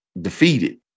defeated